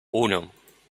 uno